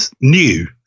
New